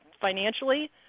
financially